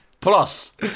Plus